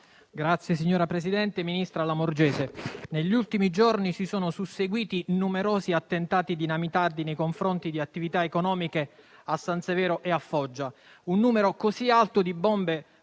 finestra") *(M5S)*. Ministra Lamorgese, negli ultimi giorni si sono susseguiti numerosi attentati dinamitardi nei confronti di attività economiche a San Severo e a Foggia. Un numero così alto di bombe,